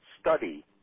study